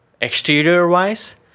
exterior-wise